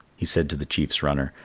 he said to the chief's runner,